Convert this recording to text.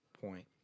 point